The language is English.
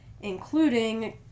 including